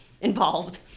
involved